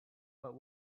but